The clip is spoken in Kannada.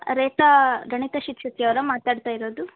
ರೇಖಾಗಣಿತ ಶಿಕ್ಷಕಿ ಅವರಾ ಮಾತಾಡ್ತಾ ಇರೋದು